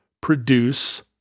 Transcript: produce